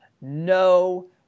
no